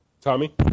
Tommy